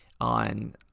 on